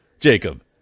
Jacob